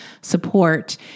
support